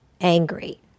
angry